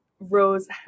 rose